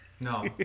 No